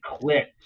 clicked